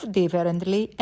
differently